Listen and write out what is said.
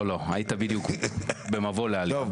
לא, היית בדיוק במבוא לעלייה.